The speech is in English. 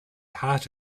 heart